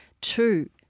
Two